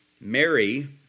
Mary